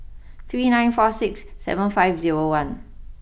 three nine four six seven five zero one